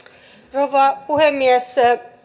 rouva puhemies